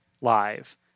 live